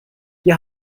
hier